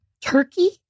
Turkey